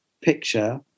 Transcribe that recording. picture